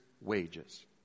wages